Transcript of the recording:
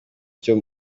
cyo